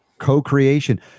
co-creation